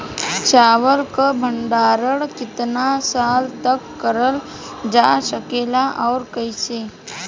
चावल क भण्डारण कितना साल तक करल जा सकेला और कइसे?